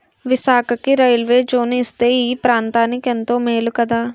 విశాఖకి railway zone ఇస్తే ఈ ప్రాంతనికెంతో మేలు కదా